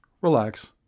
relax